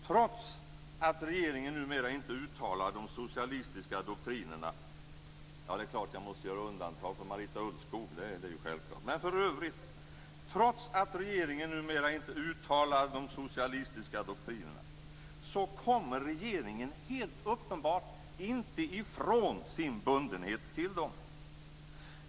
Trots att regeringen numera inte uttalar de socialistiska doktrinerna - ja, jag måste självklart göra undantag för Maria Ulvskog - kommer regeringen helt uppenbart inte ifrån sin bundenhet till dem.